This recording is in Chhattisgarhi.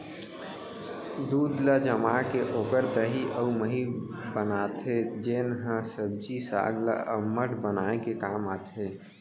दूद ल जमाके ओकर दही अउ मही बनाथे जेन ह सब्जी साग ल अम्मठ बनाए के काम आथे